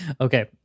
okay